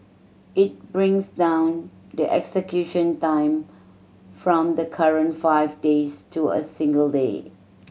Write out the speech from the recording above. it brings down the execution time from the current five days to a single day